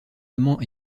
amant